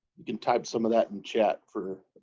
you can type some of that in chat for